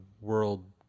world